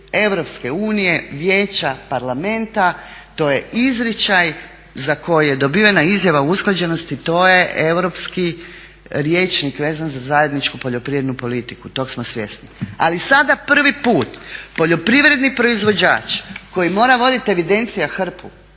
uredbi EU, Vijeća, Parlamenta. To je izričaj za koji je dobivena izjava o usklađenosti, to je europski rječnik vezan za zajedničku poljoprivrednu politiku, tog smo svjesni. Ali sada prvi put poljoprivredni proizvođač koji mora vodit evidencija hrpu,